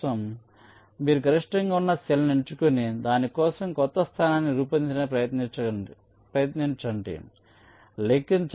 కాబట్టి మీరు గరిష్టంగా ఉన్న సెల్ను ఎంచుకుని దాని కోసం క్రొత్త స్థానాన్ని రూపొందించడానికి ప్రయత్నించండి లెక్కించండి